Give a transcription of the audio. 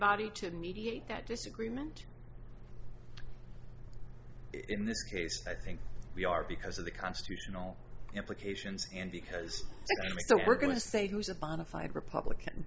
body to mediate that disagreement in this case i think we are because of the constitutional implications and because we're going to say who's a bonafide republican